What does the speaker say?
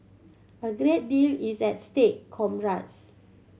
a great deal is at stake comrades